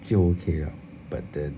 就 okay liao but then